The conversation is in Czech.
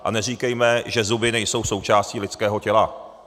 A neříkejme, že zuby nejsou součástí lidského těla.